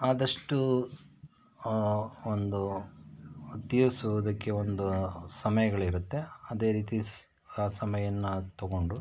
ಆದಷ್ಟು ಒಂದು ತೀರಿಸುವುದಕ್ಕೆ ಒಂದು ಸಮಯಗಳಿರುತ್ತೆ ಅದೇ ರೀತಿ ಸ್ ಆ ಸಮಯನ್ನು ತೊಗೊಂಡು